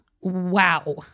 wow